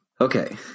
Okay